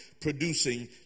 producing